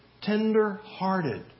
tender-hearted